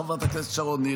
חברת הכנסת שרון ניר,